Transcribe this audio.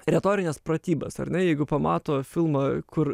retorines pratybas ar ne jeigu pamato filmą kur